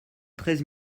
treize